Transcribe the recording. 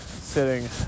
sitting